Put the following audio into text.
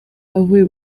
avuye